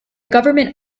government